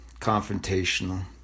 confrontational